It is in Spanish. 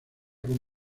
con